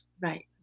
Right